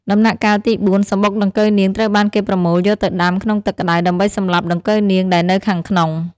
ដំណាក់កាលទី៤ សំបុកដង្កូវនាងត្រូវបានគេប្រមូលយកទៅដាំក្នុងទឹកក្តៅដើម្បីសម្លាប់ដង្កូវនាងដែលនៅខាងក្នុង។